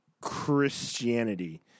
christianity